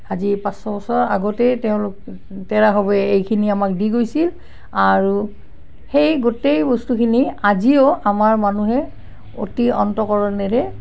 আজি পাঁচশ বছৰ আগতে তেওঁলোক তেৰাসৱে এইখিনি আমাক দি গৈছিল আৰু সেই গোটেই বস্তুখিনি আজিও আমাৰ মানুহে অতি অন্তঃকৰণেৰে